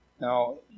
Now